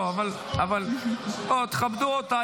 לא, אבל בואו תכבדו אותה.